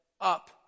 up